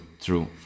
true